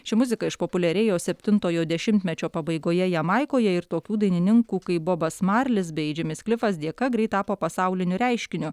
ši muzika išpopuliarėjo septintojo dešimtmečio pabaigoje jamaikoje ir tokių dainininkų kaip bobas marlis bei džimis klifas dėka greit tapo pasauliniu reiškiniu